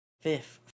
fifth